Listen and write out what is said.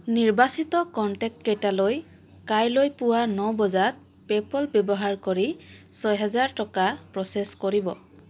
নিৰ্বাচিত কনটেক্টকেইটালৈ কাইলৈ পুৱা ন বজাত পে'পল ব্যৱহাৰ কৰি ছয় হেজাৰ টকা প্ৰ'চেছ কৰিব